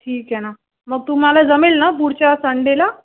ठीक आहे ना मग तुम्हाला जमेल ना पुढच्या संडेला